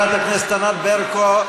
חברת הכנסת ענת ברקו,